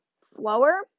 slower